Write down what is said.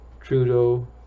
trudeau